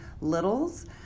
littles